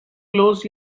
closed